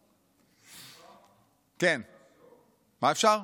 סליחה, אפשר שאלות?